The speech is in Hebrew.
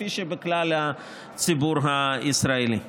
כפי שבכלל הציבור הישראלי.